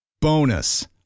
Bonus